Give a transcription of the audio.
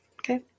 okay